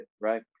Right